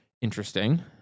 interesting